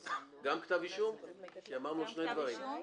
גם שם,